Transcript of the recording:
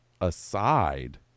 aside